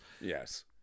Yes